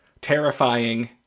terrifying